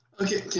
Okay